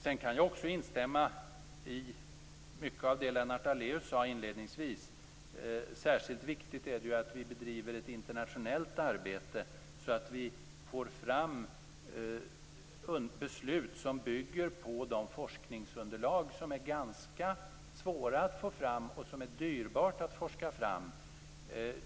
Sedan kan jag också instämma i mycket av det som Lennart Daléus sade inledningsvis. Särskilt viktigt är det ju att vi bedriver ett internationellt arbete så att vi får fram beslut som bygger på de forskningsunderlag som är ganska svåra och dyrbara att ta fram.